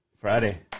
Friday